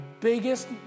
biggest